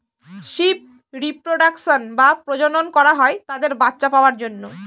sheep reproduction বা প্রজনন করা হয় তাদের বাচ্চা পাওয়ার জন্য